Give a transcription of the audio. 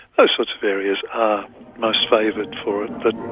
those sorts of areas are most favoured for it,